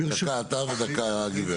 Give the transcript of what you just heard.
בבקשה דקה, דקה אתה ודקה הגברת.